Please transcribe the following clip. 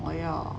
我要